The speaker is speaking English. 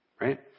Right